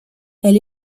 elle